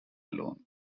alone